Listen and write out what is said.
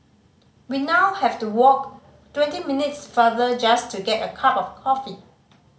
we now have to walk twenty minutes farther just to get a cup of coffee